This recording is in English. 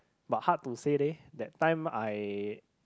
but hard to say leh that time I